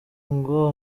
ngo